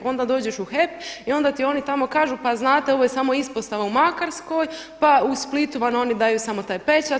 Onda dođeš u HEP i onda ti oni tamo kažu pa znate ovo je samo ispostava u Makarskoj, pa u Splitu vam oni daju samo taj pečat.